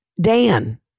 Dan